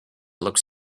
looked